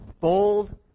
Bold